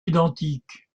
identiques